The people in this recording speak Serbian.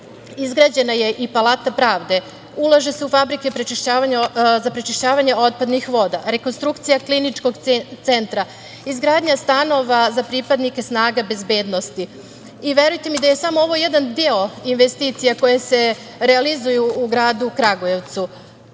izgrađena je i palata pravde, ulaže se u fabrike za prečišćavanje otpadnih voda, rekonstrukcija kliničkog centra, izgradnja stanova za pripadnike snaga bezbednosti. Verujte mi da je ovo samo jedan deo investicija koje se realizuju u gradu Kragujevcu. Ne